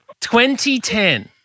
2010